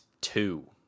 two